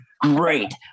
great